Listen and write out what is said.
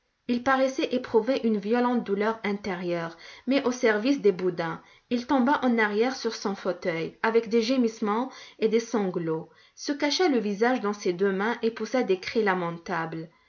il paraissait éprouver une violente douleur intérieure mais au service des boudins il tomba en arrière sur son fauteuil avec des gémissements et des sanglots se cacha le visage dans ses deux mains et poussa des cris lamentables